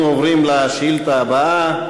אנחנו עוברים לשאילתה הבאה.